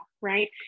Right